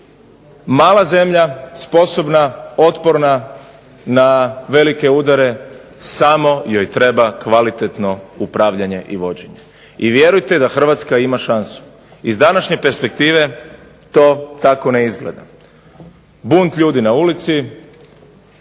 mala zemlja, sposobna, otporna na velike udare, samo joj treba kvalitetno upravljanje i vođenje. I vjerujte da Hrvatska ima šansu. Iz današnje perspektive to tako ne izgleda. Bunt ljudi na ulici,